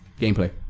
Gameplay